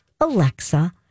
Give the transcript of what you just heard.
Alexa